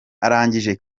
arangije